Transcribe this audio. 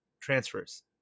transfers